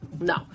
No